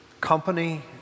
company